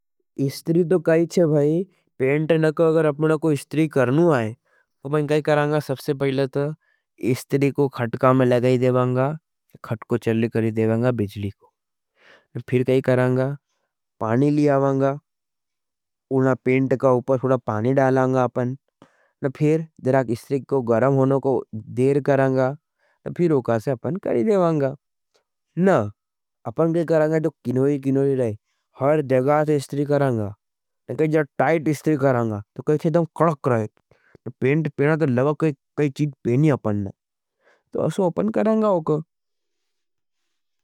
स्त्री तो कई छे भाई, पेंट ने अपन को इस्त्री करच या करनी हज। तो या करंगा सबसे पहले तो, स्त्री को खटके में लगा देवेंगा। खटका चालू करा देवेंगा बिजली को, फिर कहीं करंगा, पानी ले आवांगा। ओन पेंट के अपर थोड़ा पानी डालंगा अपन। ते फिर स्त्री को गर्म होने को देर करंगा, फिर औ का सा अपन कर देवेंगा। ना अपन करंगा किंवी किंवी हुए, हर जगह से स्त्री करंगा। थोड़ा टाइट स्त्री करंगा, जिससे कड़क रहे। पेंट पर लगाया तो लगेच की कोई चीज पहनाया। औ से ओपन कराऊँगा वा को।